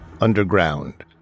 underground